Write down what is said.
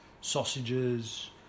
sausages